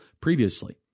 previously